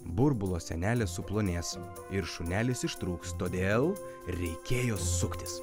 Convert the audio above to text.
burbulo sienelės suplonės ir šunelis ištrūks todėl reikėjo suktis